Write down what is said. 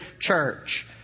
church